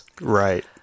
Right